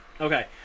Okay